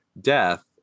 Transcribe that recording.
death